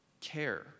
care